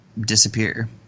disappear